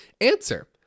Answer